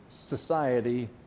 society